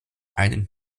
einen